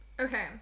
Okay